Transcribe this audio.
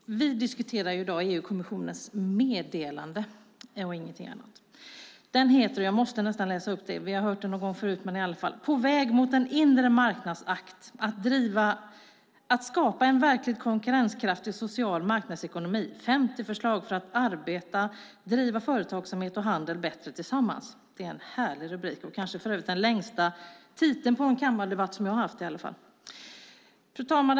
Fru talman! Vi diskuterar i dag EU-kommissionens meddelande och ingenting annat. Vi har hört det någon gång förut, men jag måste nästan läsa upp det. Den heter: På väg mot en inre marknadsakt: att skapa en verkligt konkurrenskraftig social marknadsekonomi - 50 förslag för att arbeta, driva företagsamhet och handel bättre tillsammans . Det är en härlig rubrik och kanske för övrigt den längsta titeln för en kammardebatt som i varje fall jag har haft. Fru talman!